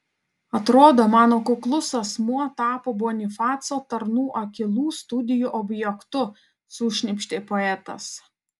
atrodo mano kuklus asmuo tapo bonifaco tarnų akylų studijų objektu sušnypštė poetas